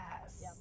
Yes